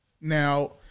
Now